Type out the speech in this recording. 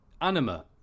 Anima